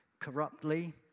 corruptly